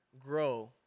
grow